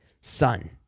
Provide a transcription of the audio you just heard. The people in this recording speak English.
son